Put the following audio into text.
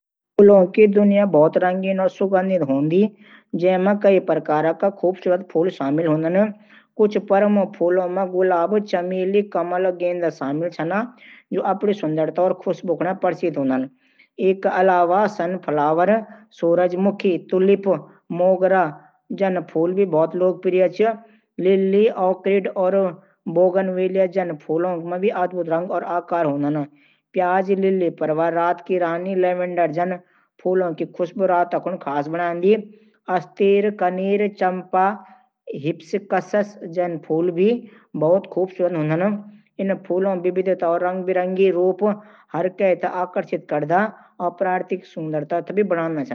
फूलों की दुनिया बहुत ही रंगीन और सुगंधित होती है, जिसमें कई प्रकार के खूबसूरत फूल शामिल होते हैं। कुछ प्रमुख फूलों में गुलाब, चमेली, कमल, और गेंदा शामिल हैं, जो अपनी सुंदरता और खुशबू के लिए प्रसिद्ध हैं। इसके अलावा सनफ्लावर (सूरजमुखी), तुलिप, और मोगरा जैसे फूल भी बहुत लोकप्रिय हैं। लिली, आर्किड, और बोगनवेलिया जैसे फूलों के अद्भुत रंग और आकार होते हैं। प्याज (लिली परिवार), रात की रानी, और लवेंडर जैसे फूलों की खुशबू रात को और भी खास बना देती है। अस्तेर, कनेर, चंपा, और हिबिस्कस जैसे फूल भी बहुत खूबसूरत होते हैं। इन फूलों की विविधता और रंग-बिरंगे रूप हर किसी को आकर्षित करते हैं और प्राकृतिक सुंदरता को बढ़ाते हैं।